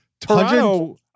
Toronto